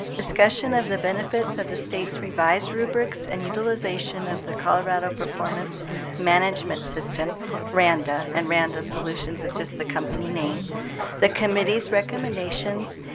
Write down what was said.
discussion of the benefits of the state's revised rubrics, and utilization of the colorado performance management system randa and randa solutions is just the company name the committee's recommendations,